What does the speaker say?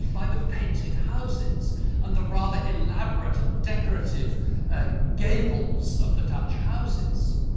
by the painted houses and the rather elaborate and decorative ah gables of the dutch houses.